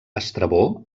estrabó